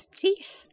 teeth